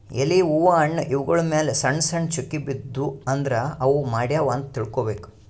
ಎಲಿ ಹೂವಾ ಹಣ್ಣ್ ಇವ್ಗೊಳ್ ಮ್ಯಾಲ್ ಸಣ್ಣ್ ಸಣ್ಣ್ ಚುಕ್ಕಿ ಬಿದ್ದೂ ಅಂದ್ರ ಅವ್ ಬಾಡ್ಯಾವ್ ಅಂತ್ ತಿಳ್ಕೊಬೇಕ್